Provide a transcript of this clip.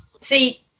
See